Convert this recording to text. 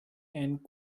and